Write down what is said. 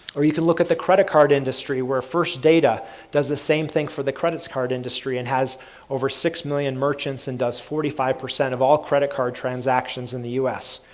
or you can look at the credit card industry, where first data does the same thing for the credit card industry, and has over six million merchants and does forty five percent of all credit card transactions in the us.